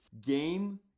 game